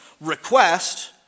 request